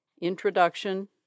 Introduction